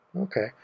Okay